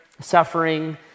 suffering